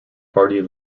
party